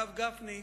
הרב גפני,